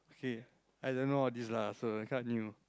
K I don't know what this lah so I can't